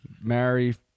marry